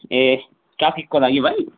ए ट्राफिकको लागि भाइ